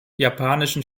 japanischen